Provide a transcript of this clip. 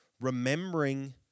remembering